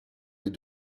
les